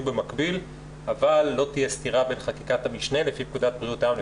במקביל אבל לא תהיה סתירה בין חקיקת המשנה לפי פקודת בריאות העם,